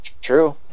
true